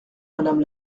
madame